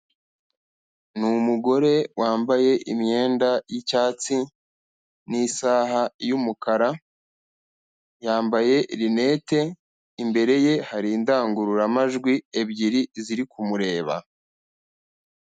Ni umugore wambaye imyenda y'icyatsi n'isaha y'umukara yambaye linete imbere ye hari indangururamajwi ebyiri ziri kumureba.